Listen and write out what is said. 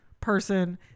person